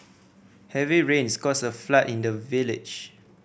heavy rains caused a flood in the village